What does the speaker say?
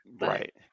Right